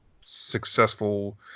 successful